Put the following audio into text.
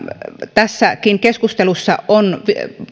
tässäkin keskustelussa on